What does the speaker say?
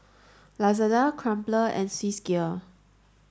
Lazada Crumpler and Swissgear